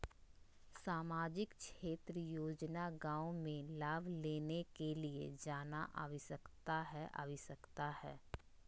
सामाजिक क्षेत्र योजना गांव हमें लाभ लेने के लिए जाना आवश्यकता है आवश्यकता है?